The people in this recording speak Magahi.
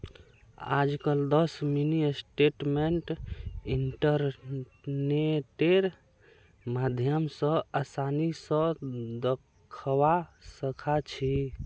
आजकल दस मिनी स्टेटमेंट इन्टरनेटेर माध्यम स आसानी स दखवा सखा छी